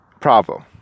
problem